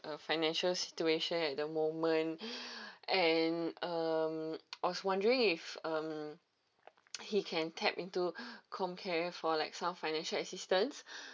uh financial situation at the moment and um I was wondering if um he can tap into com care for like some financial assistance